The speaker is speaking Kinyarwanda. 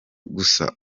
gusa